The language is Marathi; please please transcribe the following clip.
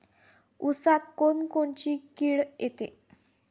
ऊसात कोनकोनची किड येते?